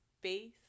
face